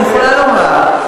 אני יכולה לומר.